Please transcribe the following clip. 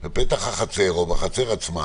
בפתח החצר או בחצר עצמה